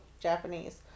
Japanese